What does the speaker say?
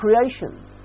creation